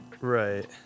Right